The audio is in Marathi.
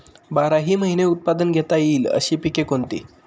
बाराही महिने उत्पादन घेता येईल अशी पिके कोणती?